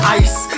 ice